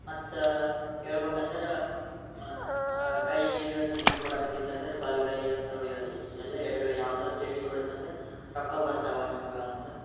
ಮತ್ತು ಹೇಳ್ಬಕಂದ್ರ ಕೈ ಏನಾರೂ ತಿಂಡಿ ಕೊಡಕತಿತ್ತಂದ್ರೆ ಬಲಗೈ ಅಂಥವು ಎಲ್ಲ ಎಡಗೈ ಯಾವ್ದಾರೂ ತಿಂಡಿ ಕೊಡುತ್ತಂದ್ರೆ ರೊಕ್ಕ ಬರ್ತವೆ ನಮ್ಗೆ ಅಂತಂದ್